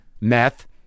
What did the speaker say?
meth